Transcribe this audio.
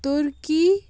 turkey